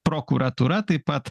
prokuratūra taip pat